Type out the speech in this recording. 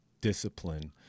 discipline